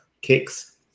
kicks